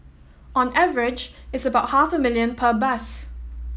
on average it's about half a million per bus